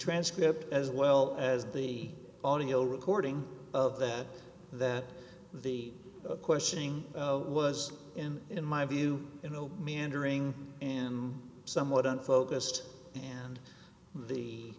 transcript as well as the audio recording of that that the questioning was in in my view you know meandering in somewhat unfocused and the